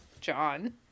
John